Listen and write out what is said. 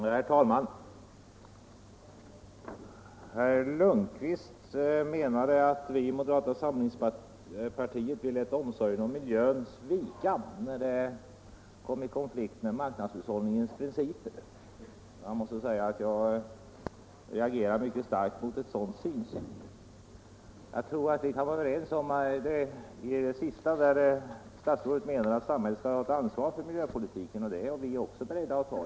Herr talman! Statsrådet Lundkvist menade att vi inom moderata samlingspartiet lät omsorgen om miljön svika när den kom i konflikt med marknadshushållningens principer. Jag reagerar mycket starkt mot ett sådant synsätt. Statsrådet menade att samhället skall ta ansvar för miljöpolitiken, och det ansvaret är också vi beredda att ta.